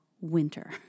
winter